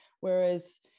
whereas